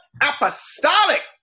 apostolic